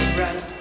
right